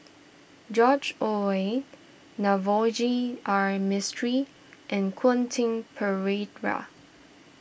George Oehlers Navroji R Mistri and Quentin Pereira